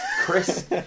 Chris